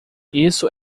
isso